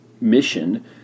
mission